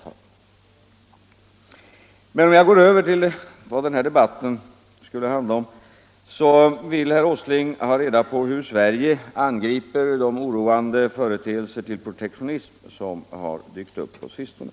Men, herr talman, om jag nu går över till vad den här debatten egentligen skulle handla om, så ville herr Åsling också ha reda på hur Sverige angriper de oroande företeelser till protektionism som har dykt upp på sistone.